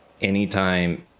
anytime